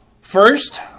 First